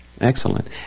Excellent